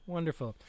Wonderful